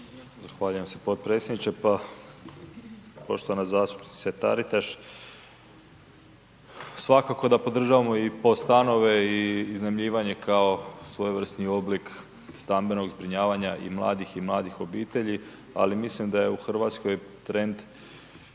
Zahvaljujem se potpredsjedniče. Pa poštovana zastupnice Taritaš, svakako da podržavamo i POS stanove i iznajmljivanje kao svojevrsni oblik stambenog zbrinjavanja i mladih i mladih obitelji ali mislim da je u Hrvatskoj trend